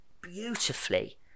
beautifully